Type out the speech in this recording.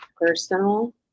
personal